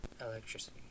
electricity